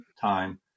time